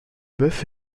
bœuf